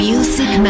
Music